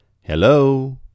hello